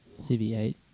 CV8